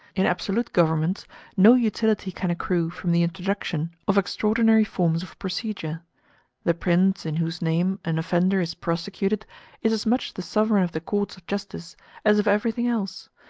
in absolute governments no utility can accrue from the introduction of extraordinary forms of procedure the prince in whose name an offender is prosecuted is as much the sovereign of the courts of justice as of everything else,